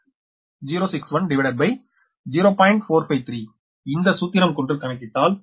453இந்த சூத்திரம் கொண்டு கணக்கிட்டால் அது 0